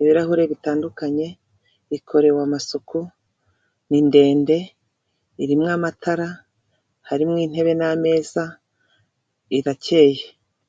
ibirahure bitandukanye, ikorewe amasuku, ni ndende, irimo amatara, harimo intebe n'ameza irakeye.